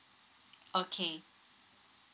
okay